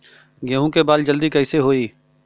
गेहूँ के बाल जल्दी कईसे होई?